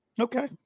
Okay